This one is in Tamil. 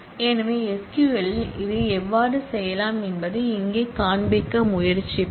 எனவே SQL இல் அதை எவ்வாறு செய்யலாம் என்பதை இங்கே காண்பிக்க முயற்சிப்போம்